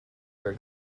were